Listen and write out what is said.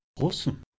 Awesome